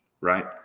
right